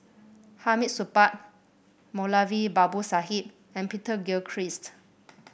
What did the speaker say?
Hamid Supaat Moulavi Babu Sahib and Peter Gilchrist